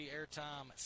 Airtime